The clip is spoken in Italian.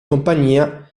compagnia